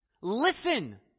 Listen